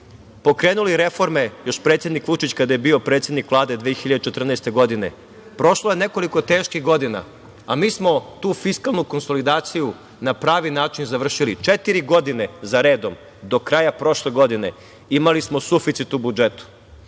pokrenuli reforme, još predsednik Vučić kada je bio predsednik Vlade 2014. godine, prošlo je nekoliko teških godina, a mi smo tu fiskalnu konsolidaciju na pravi način završili. Četiri godine za redom, do kraja prošle godine imali smo suficit u budžetu.